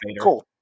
cool